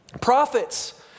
Prophets